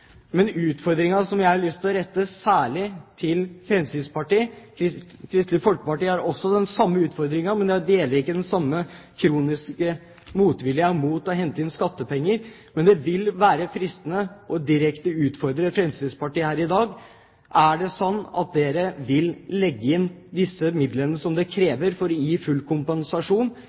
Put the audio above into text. Jeg har lyst til å rette en utfordring særlig til Fremskrittspartiet. Kristelig Folkeparti har også den samme utfordringen, men de har ikke den samme kroniske motviljen mot å hente inn skattepenger. Det ville være fristende å utfordre Fremskrittspartiet her i dag: Er det slik at dere vil legge inn disse midlene som kreves for å gi full kompensasjon,